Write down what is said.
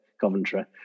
Coventry